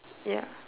ya